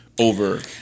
Over